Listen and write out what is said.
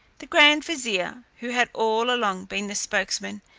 the grand vizier who had all along been the spokesman,